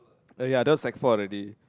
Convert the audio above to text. uh ya that was sec four already